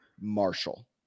Marshall